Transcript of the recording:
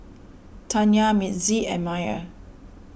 Tanya Mitzi and Myer